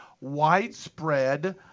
widespread